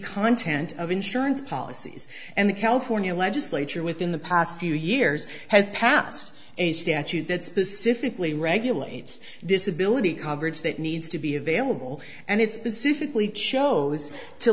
content of insurance policies and the california legislature within the past few years has passed a statute that specifically regulates disability coverage that needs to be available and it's pacifically chose to